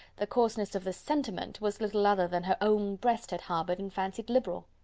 the coarseness of the sentiment was little other than her own breast had harboured and fancied liberal!